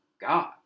God